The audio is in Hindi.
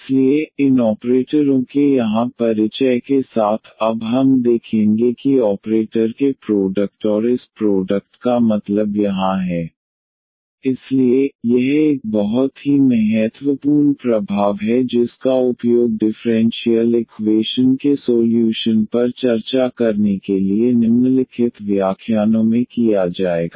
इसलिए इन ऑपरेटरों के यहाँ परिचय के साथ अब हम देखेंगे कि ऑपरेटर के प्रोडक्ट के इस प्रोडक्ट का मतलब यहाँ है D αD βyD βD αy αβ being any constant इसलिए यह एक बहुत ही महत्वपूर्ण प्रभाव है जिसका उपयोग डिफ़्रेंशियल इकवेशन के सोल्यूशन पर चर्चा करने के लिए निम्नलिखित व्याख्यानों में किया जाएगा